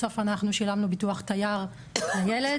בסוף אנחנו שילמנו ביטוח תייר לילד,